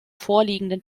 vorliegenden